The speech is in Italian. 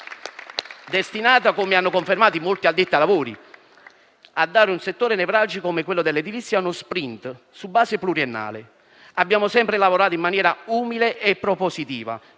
destinata - come hanno confermato i molti addetti ai lavori - a dare a un settore nevralgico come quello dell'edilizia uno *sprint* su base pluriennale. Abbiamo sempre lavorato in maniera umile e propositiva